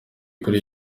kuri